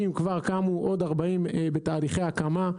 60 כבר קמו, עוד 40 בתהליכי ההקמה.